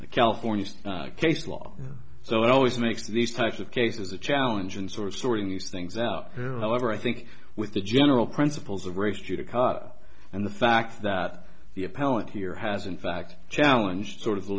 the california case law so it always makes these types of cases a challenge and sort of sorting these things out over i think with the general principles of race judicata and the fact that the appellant here has in fact challenge sort of